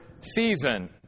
season